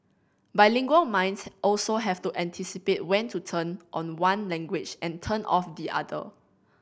bilingual minds also have to anticipate when to turn on one language and turn off the other